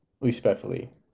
Respectfully